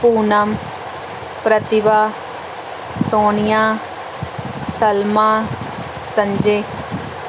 Poonam Pratibha Sonia Salma Sanjay